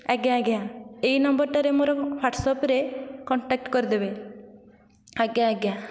ଆଜ୍ଞା ଆଜ୍ଞା ଏହି ନମ୍ୱରଟାରେ ମୋର ୱାଟସ୍ଆପ୍ରେ କଣ୍ଟାକ୍ଟ କରି ଦେବେ ଆଜ୍ଞା ଆଜ୍ଞା